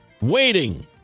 Waiting